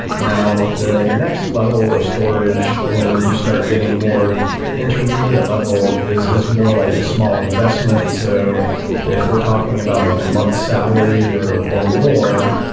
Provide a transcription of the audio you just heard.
now, the the next level of storage when you start getting more intermediate level is is more like a small investment. so if we're talking about like a month salary or or more,